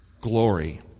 glory